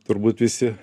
turbūt visi